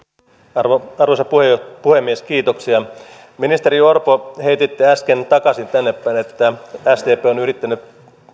arvoisa puhemies ministeri orpo heititte äsken takaisin tännepäin että sdp on on yrittänyt